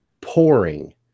pouring